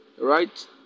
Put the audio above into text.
Right